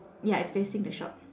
ya it's facing the shop